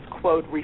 quote